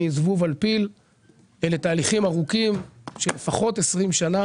אני זבוב על פיל - אלה תהליכים ארוכים של לפחות 20 שנה